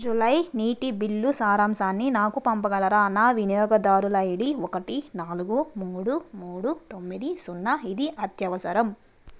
July నీటి bill సారాంశాన్ని నాకు పంపగలరా నా వినియోగదారుల ఐడి ఒకటి నాలుగు మూడు మూడు తొమ్మిది సున్నా ఇది అత్యవసరం